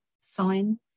sign